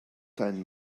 deinen